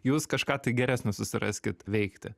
jūs kažką tai geresnio susiraskit veikti